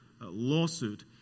lawsuit